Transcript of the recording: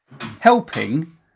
helping